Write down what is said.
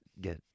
get